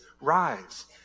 rise